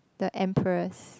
the empress